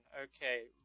Okay